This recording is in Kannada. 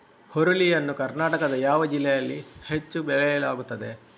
ಹುರುಳಿ ಯನ್ನು ಕರ್ನಾಟಕದ ಯಾವ ಜಿಲ್ಲೆಯಲ್ಲಿ ಹೆಚ್ಚು ಬೆಳೆಯಲಾಗುತ್ತದೆ?